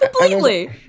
completely